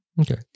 Okay